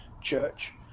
church